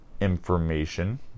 information